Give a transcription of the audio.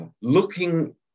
looking